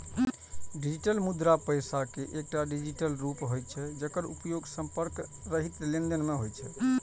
digital मुद्रा पैसा के एकटा डिजिटल रूप होइ छै, जेकर उपयोग संपर्क रहित लेनदेन मे होइ छै